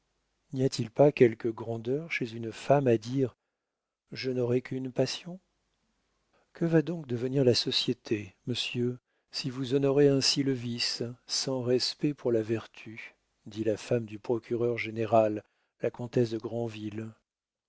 n'y a-t-il pas quelque grandeur chez une femme à dire je n'aurai qu'une passion que va donc devenir la société monsieur si vous honorez ainsi le vice sans respect pour la vertu dit la femme du procureur-général la comtesse de